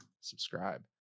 subscribe